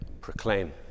proclaim